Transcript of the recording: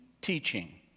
teaching